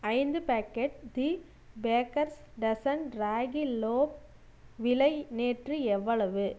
ஐந்து packet the bakers dozen ragi loaf விலை நேற்று எவ்வளவு